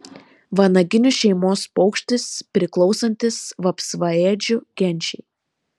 vanaginių šeimos paukštis priklausantis vapsvaėdžių genčiai